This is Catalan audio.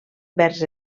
vers